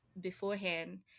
beforehand